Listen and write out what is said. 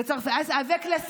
בצרפתית.